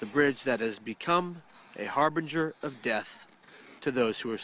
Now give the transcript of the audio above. the bridge that has become a harbinger of death to those who are